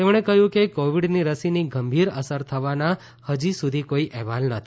તેમણે કહ્યું કે કોવિડની રસીની ગંભીર અસર થવાના હજી સુધી કોઈ અહેવાલ નથી